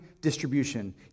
distribution